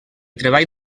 treball